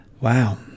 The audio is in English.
Wow